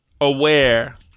aware